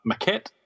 Maquette